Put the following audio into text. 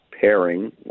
pairing